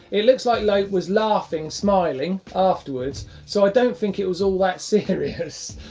it looks like lopes was laughing, smiling afterwards, so i don't think it was all that serious,